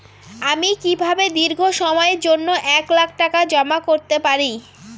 আমি কিভাবে দীর্ঘ সময়ের জন্য এক লাখ টাকা জমা করতে পারি?